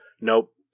nope